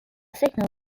signal